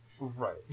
Right